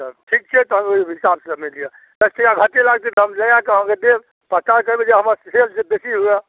ठीक छै तब ओहि हिसाबसँ लऽ लिअ दस टका घाटे लागतै तऽ हम लगाके अहाँके देब प्रचार करबै जे हमर सेल जे बेसी हुअए